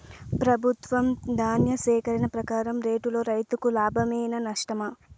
ప్రభుత్వం ధాన్య సేకరణ ప్రకారం రేటులో రైతుకు లాభమేనా నష్టమా?